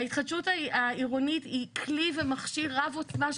ההתחדשות העירונית היא כלי ומכשיר רב עוצמה,